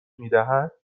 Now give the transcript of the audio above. میدهد